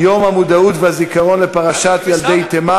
יבואו ויגידו: תשמע,